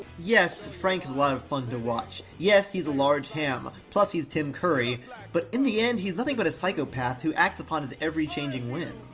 yes, frank is a lot of fun to watch yes, he's a large ham plus he's tim curry but in the end, he's nothing but a psychopath who acts upon his every changing whim.